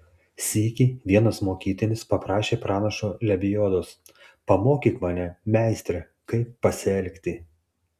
sykį vienas mokytinis paprašė pranašo lebiodos pamokyk mane meistre kaip pasielgti